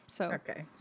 Okay